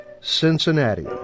Cincinnati